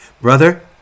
Brother